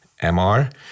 MR